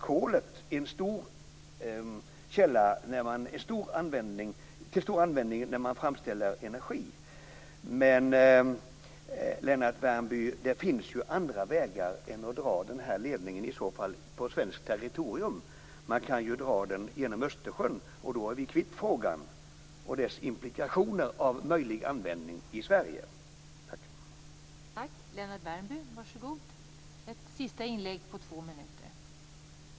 Kolet är ju till stor användning när man framställer energi. Men, Lennart Värmby, det finns ju i så fall andra vägar än att dra den här ledningen på svenskt territorium. Man kan ju dra den genom Östersjön och då är vi kvitt frågan och dess implikationer av möjlig användning i Sverige.